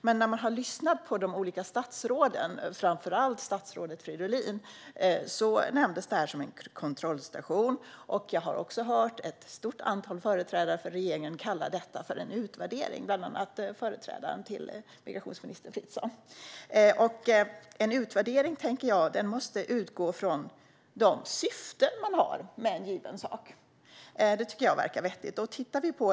Men när jag har lyssnat på de olika statsråden, framför allt statsrådet Fridolin, har det talats om en kontrollstation. Jag har också hört ett stort antal företrädare för regeringen kalla detta för en utvärdering, bland annat föregångaren till migrationsminister Fritzon. Jag tänker att en utvärdering måste utgå från de syften man har med en given sak. Det verkar vettigt.